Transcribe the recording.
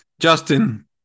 Justin